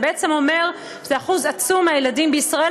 זה אומר שזה אחוז עצום מהילדים בישראל,